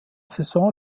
saison